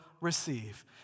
receive